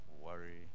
worry